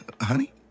Honey